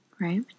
right